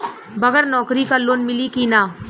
बगर नौकरी क लोन मिली कि ना?